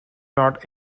not